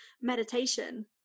meditation